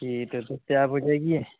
جی کر سکتے ہیں آپ مجھے یہ